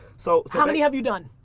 so how many have you done?